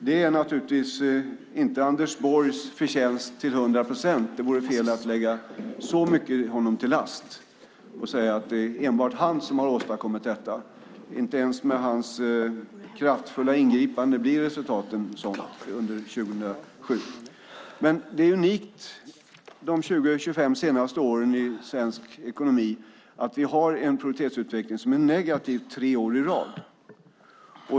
Detta är naturligtvis inte Anders Borgs fel till hundra procent. Det vore fel att lasta honom så mycket för det här och säga att det enbart är han som har åstadkommit detta. Inte ens med hans kraftfulla ingripanden blir resultaten som under 2007. Men det är unikt under de 20-25 senaste åren i svensk ekonomi att vi har en produktivitetsutveckling som är negativ tre år i rad.